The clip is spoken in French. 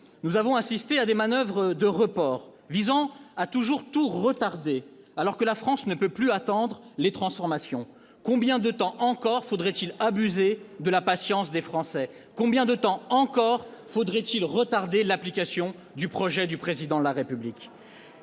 Nous avons assisté à des manoeuvres de report visant à toujours tout retarder alors que la France ne peut plus attendre les transformations. Très bien ! Combien de temps encore faudrait-il abuser de la patience des Français ? Combien de temps encore faudrait-il retarder l'application du projet du Président de la République ?